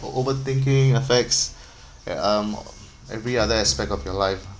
o~ overthinking effects e~ um every other aspect of your life